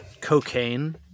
cocaine